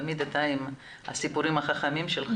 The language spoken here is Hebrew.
תמיד אתה עם הסיפורים החכמים שלך,